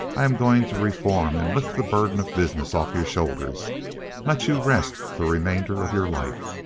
i'm going to reform and lift the burden of business off your shoulders let you rest the remainder of your life.